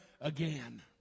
again